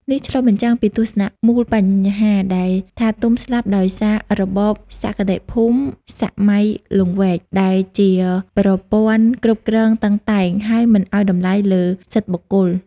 នេះឆ្លុះបញ្ចាំងពីទស្សនៈមូលបញ្ហាដែលថាទុំស្លាប់ដោយសារ "របបសក្តិភូមិសម័យលង្វែក" ដែលជាប្រព័ន្ធគ្រប់គ្រងតឹងតែង ហើយមិនឲ្យតម្លៃលើសិទ្ធិបុគ្គល។